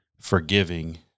forgiving